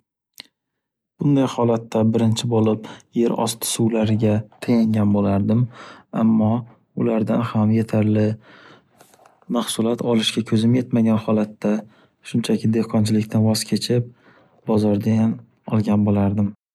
Bunday holatda birinchi bo’lib yer osti suvlariga tayangan bo’lardim. Ammo ulardan ham yetarli mahsulot olishga ko’zin yetmagan holatda shunchaki dehqonchilikdan voz kechib bozordayam olgan bolardim.